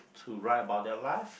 to write about their life